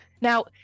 Now